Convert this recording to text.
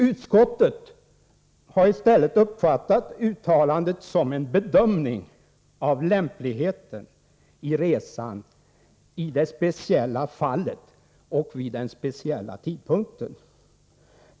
Utskottet har i stället uppfattat uttalandet som en bedömning av lämpligheten av resan i det speciella fallet och vid den speciella tidpunkten.